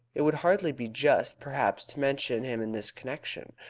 it would hardly be just, perhaps, to mention him in this connection.